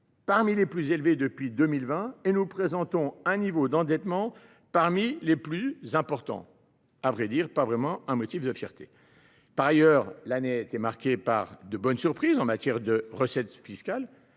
parmi les plus élevés depuis 2020 et nous présentons un niveau d’endettement parmi les plus importants. Il ne s’agit pas vraiment d’un motif de fierté… Par ailleurs, l’année a été marquée par de « bonnes surprises » en matière de recettes fiscales,